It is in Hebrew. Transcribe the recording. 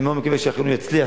אני מאוד מקווה שאכן הוא יצליח.